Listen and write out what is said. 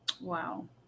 Wow